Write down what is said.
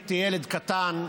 כשהייתי ילד קטן,